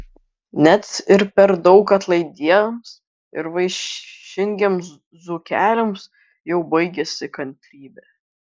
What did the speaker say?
net ir per daug atlaidiems ir vaišingiems dzūkeliams jau baigiasi kantrybė